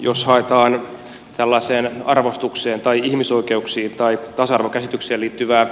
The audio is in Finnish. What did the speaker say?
jos haetaan tällaiseen arvostukseen tai ihmisoikeuksiin tai tasa arvokäsitykseen liittyvää